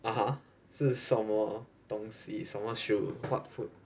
(uh huh) 是什么东西什么食物 food